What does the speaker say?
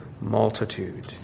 multitude